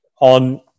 on